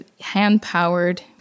hand-powered